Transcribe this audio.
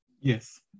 Yes